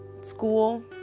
school